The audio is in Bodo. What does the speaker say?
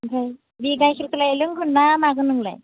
ओमफ्राय बे गाइखेरखौलाय लोंगोनना मागोन नोंलाय